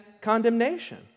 condemnation